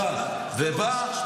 אתה לא חושש מזה, דודי?